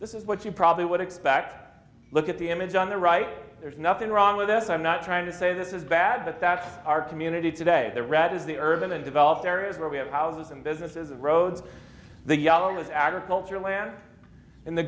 this is what you probably would expect look at the image on the right there's nothing wrong with this i'm not trying to say this is bad but that's our community today the red is the urban and developed areas where we have houses and businesses and rode the yellow was agricultural land and the